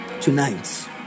Tonight